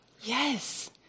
Yes